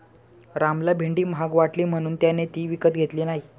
रामला भेंडी महाग वाटली म्हणून त्याने ती विकत घेतली नाही